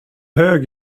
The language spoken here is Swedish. hög